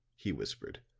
he whispered.